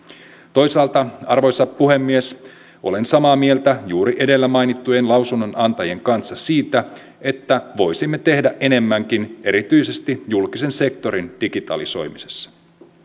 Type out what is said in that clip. toisaalta arvoisa puhemies olen samaa mieltä juuri edellä mainittujen lausunnonantajien kanssa siitä että voisimme tehdä enemmänkin erityisesti julkisen sektorin digitalisoimisessa